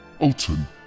Alton